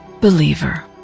Believer